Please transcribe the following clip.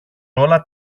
όλα